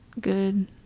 good